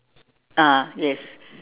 ah yes